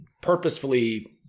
purposefully